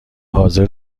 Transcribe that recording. حاضر